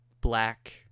black